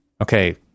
okay